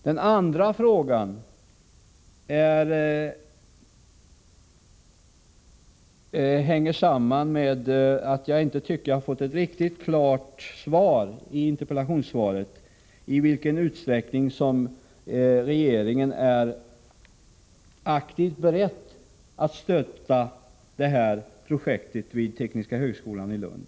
Min andra fråga ställer jag mot bakgrund av att jag inte tycker att interpellationssvaret gav riktigt klart besked om i vilken utsträckning regeringen är beredd att aktivt stödja det här projektet vid tekniska högskolan i Lund.